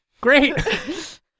great